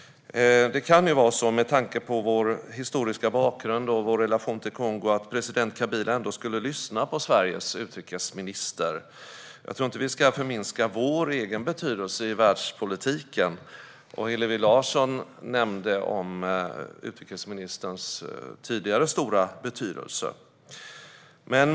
Det kan vara så, med tanke på vår historiska bakgrund och vår relation till Kongo, att president Kabila ändå skulle lyssna på Sveriges utrikesminister. Jag tror inte att vi ska förminska vår egen betydelse i världspolitiken, och Hillevi Larsson nämnde ju utrikesministerns tidigare stora betydelse.